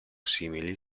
simili